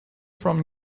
from